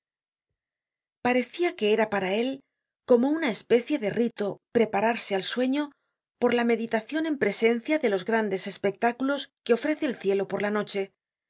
parecia que era para él como una especie de rito prepararse al sueño por la meditacion en presencia de los grandes espectáculos que ofrece el cielo por la noche